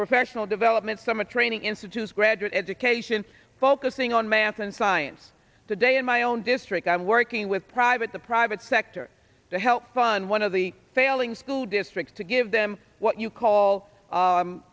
professional development summit training institutes graduate education focusing on math and science today in my own district i'm working with private the private sector to help fund one of the failing school districts to give them what you call